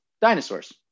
dinosaurs